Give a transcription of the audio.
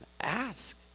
Ask